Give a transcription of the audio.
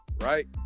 Right